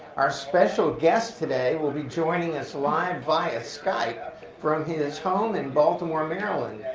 our special guest today will be joining us live via skype from his home in baltimore maryland.